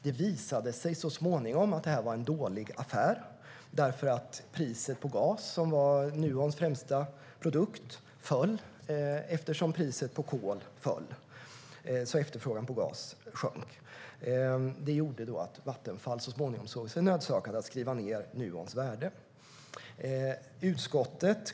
Det visade sig så småningom att det var en dålig affär, för priset på gas, som var Nuons främsta produkt, föll, eftersom priset på kol föll, så att efterfrågan på gas sjönk. Det gjorde att Vattenfall så småningom såg sig nödsakat att skriva ned Nuons värde.